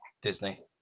Disney